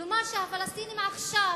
כלומר, הפלסטינים כבר עכשיו